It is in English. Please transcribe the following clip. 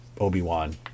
Obi-Wan